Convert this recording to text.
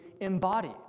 embodied